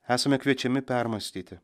esame kviečiami permąstyti